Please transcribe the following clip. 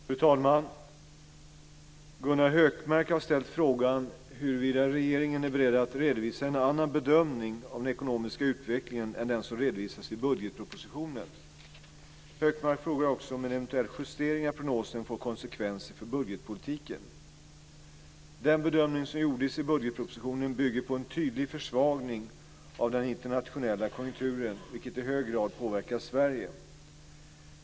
Fru talman! Gunnar Hökmark har ställt frågan huruvida regeringen är beredd att redovisa en annan bedömning av den ekonomiska utvecklingen än den som redovisas i budgetpropositionen. Hökmark frågar också om en eventuell justering av prognosen får konsekvenser för budgetpolitiken. Den bedömning som gjordes i budgetpropositionen bygger på en tydlig försvagning av den internationella konjunkturen, vilket i hög grad påverkar Sverige.